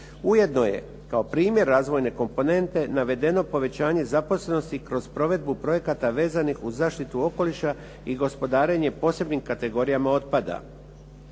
Ujedno je kao primjer razvojne komponente, navedeno povećanje zaposlenosti kroz provedbu projekata vezanih uz zaštitu okoliša i gospodarenje posebnim kategorijama otpada.